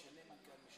משנה מנכ"ל,